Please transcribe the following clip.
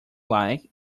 like